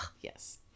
Yes